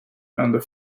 under